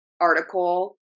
article